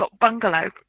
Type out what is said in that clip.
bungalow